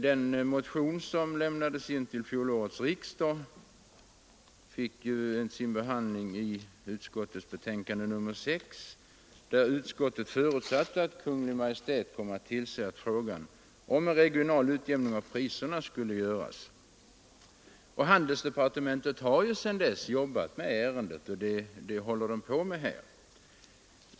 Den motion som väcktes vid fjolårets riksdag fick sin behandling i näringsutskottets betänkande nr 6, och utskottet förutsatte att Kungl. Maj:t skulle tillse att en regional utjämning av priserna skulle göras. Handelsdepartementet har sedan dess arbetat med ärendet.